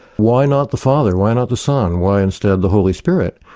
why not the father, why not the son, why instead the holy spirit?